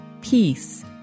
peace